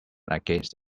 against